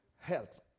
health